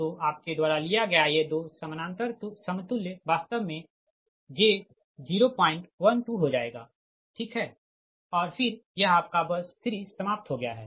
तो आपके द्वारा लिया गया ये दो समानांतर समतुल्य वास्तव में j 012 हो जाएगा ठीक है और फिर यह आपका बस 3 समाप्त हो गया है